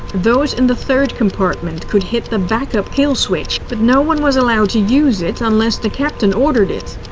those in the third compartment could hit the back-up kill switch, but no one was allowed to use it unless the captain ordered it.